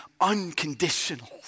unconditional